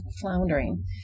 floundering